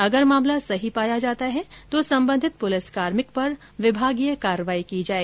अगर मामला सही पाया जाता है तो संबंधित पुलिस कार्मिक पर विभागीय कार्रवाई की जाए